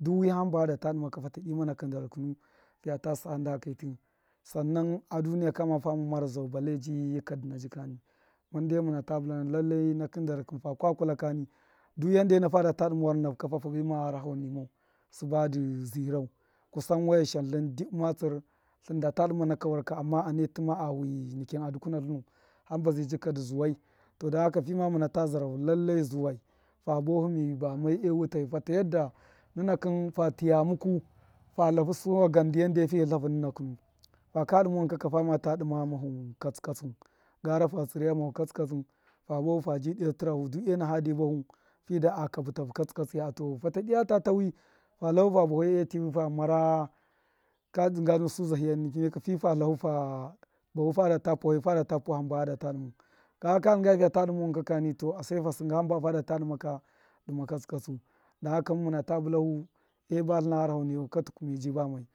du wihani ba hade dṫma ka fata dima nakṫn darhu to fiya tu san da kaitṫ sannan a duniya kama fuma muru zau balle ji yi ka dṫna jikani, mun de muna ta bulana lalla nakṫn darhi kṫn fakwa kula kani de yanda ena fada ta dṫma war nahu kani fa bema gharahe nimau sṫba dṫ zirau kusan washan tlṫn dṫbṫ malsṫr tlṫn nda ta dṫma naka war kar amma ane tṫma awi nikin adukuna tlṫnu hamba zai jika dṫ zuwai to don haka fima muna ta zara hu lallai zuwai fa buwafu mi bame ewutai fata yarda nunakṫn fa tṫya muku fu tlafu suwa gan ndṫ yanda e fiye tlahu nuna kṫnu faka dṫma wankaka fama tu dṫma ghamahu katsṫ katsu gara fa tsṫre ghamahu katsṫ katsṫ fa buwahu faji dṫya tṫra hu de e fade bahu fida a kabṫ tahu katsṫ katsṫya a tuwafu fata dṫya ta wi fa tlahu fa bafe e tṫvṫ fa mar aka dṫnga nu su za hi niki nai ka fu fa tlahu fa ba fadata puwafai fada ta puwa hṫmba fada ta dṫmai ka dinga fiya ta dṫma wankaka ni to dama fa sṫn hamba fada ta dṫma ka duma katsṫkatsu don kaha mun muna ta bula nu e batlṫna gharaho nima ka tuku miji bamai.